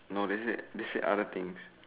no this is this is other things